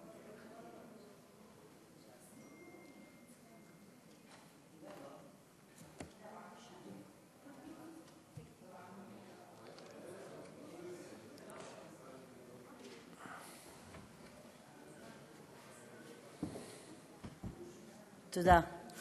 תודה.